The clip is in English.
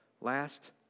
Last